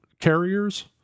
carriers